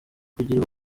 kugira